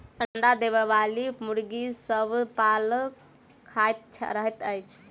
अंडा देबयबाली मुर्गी सभ पाल खाइत रहैत छै